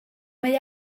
mae